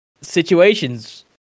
situations